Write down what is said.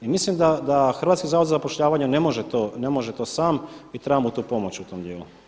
I mislim da Hrvatski zavod za zapošljavanje ne može to sam i treba mu tu pomoć u tom dijelu.